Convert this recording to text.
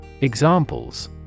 Examples